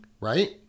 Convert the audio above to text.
right